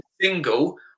single